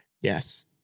Yes